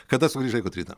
kada sugrįžai kotryna